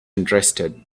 interested